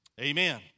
Amen